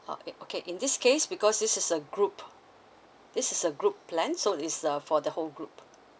ah o~ okay in this case because this is a group this is a group plan so is uh for the whole group